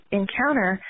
encounter